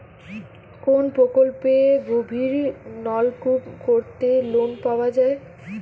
কোন প্রকল্পে গভির নলকুপ করতে লোন পাওয়া য়ায়?